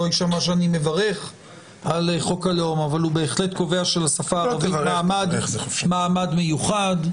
שלא ישמע שאני מברך על חוק הלאום שלשפה הערבית מעמד מיוחד,